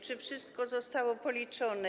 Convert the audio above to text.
Czy wszystko zostało policzone?